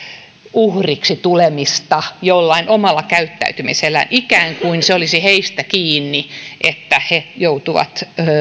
uhriksi tulemista jollain omalla käyttäytymisellään ikään kuin se olisi heistä kiinni että he joutuvat